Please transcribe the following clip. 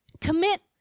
Commit